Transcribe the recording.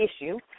issue